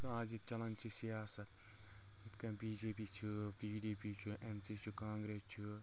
آز ییٚتہِ چلان چھِ سِیاسَت یِتھ کٔنۍ بی جے پی چھ پی ڈۍ پی چھ ایٚن سۍ چھُ کانگرِس چھُ